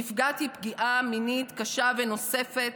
נפגעתי פגיעה מינית קשה ונוספת,